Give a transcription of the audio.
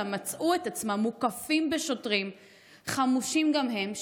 מצאו את עצמם מוקפים בשוטרים חמושים גם הם,